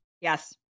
Yes